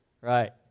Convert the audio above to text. right